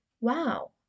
wow